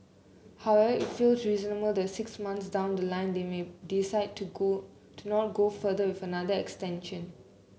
it feels reasonable that six months down the line they may decide to go to not go further with another extension